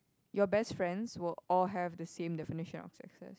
your best friends will all have the same definition of sexes